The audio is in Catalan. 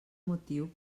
motiu